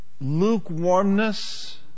lukewarmness